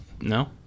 no